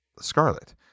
Scarlet